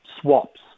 swaps